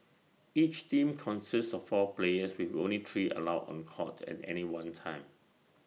each team consists of four players with only three allowed on court at any one time